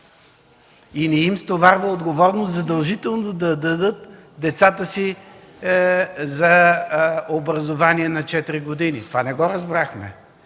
и не им стоварва отговорност задължително да дадат децата си за образование на четири години? Това не го разбрахме.